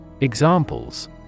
Examples